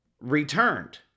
returned